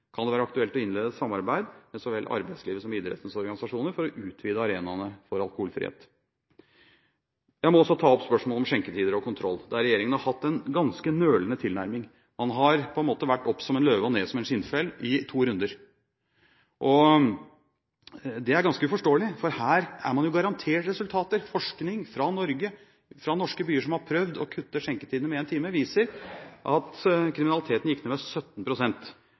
Kan det være aktuelt å innlede et samarbeid med så vel arbeidslivets som idrettens organisasjoner for å utvide arenaene for alkoholfrihet? Jeg må også ta opp spørsmålet om skjenketider og -kontroll, der regjeringen har hatt en ganske nølende tilnærming. Man har på en måte vært opp som en løve og ned som en skinnfell i to runder. Det er ganske uforståelig, for her er man jo garantert resultater. Forskning fra Norge, fra norske byer som har prøvd å kutte skjenketiden med én time, viser at kriminaliteten gikk ned